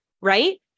Right